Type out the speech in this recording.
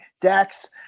Dax